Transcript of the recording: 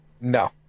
No